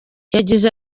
yagize